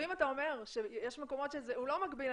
אם אתה אומר שיש מקומות שהוא לא מגביל,